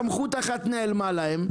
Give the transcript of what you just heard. סמכות אחת נעלמה להם,